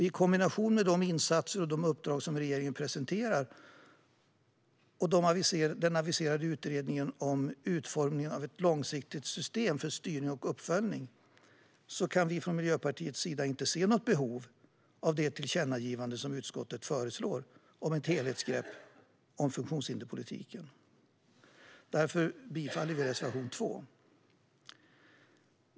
I kombination med de insatser och uppdrag som regeringen presenterar och den aviserade utredningen om utformningen av ett långsiktigt system för styrning och uppföljning kan vi från Miljöpartiets sida inte se något behov av det tillkännagivande som utskottet föreslår om ett helhetsgrepp om funktionshinderspolitiken. Jag yrkar därför bifall till reservation 2.